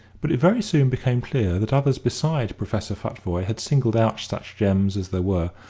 but it very soon became clear that others besides professor futvoye had singled out such gems as there were,